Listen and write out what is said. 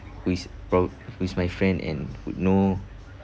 who is prob~ who is my friend and would know